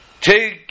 Take